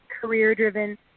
career-driven